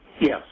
Yes